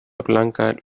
blanca